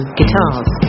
guitars